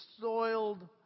soiled